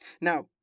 Now